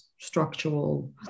structural